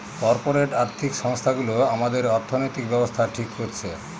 corporate আর্থিক সংস্থানগুলো আমাদের অর্থনৈতিক ব্যাবস্থা ঠিক করছে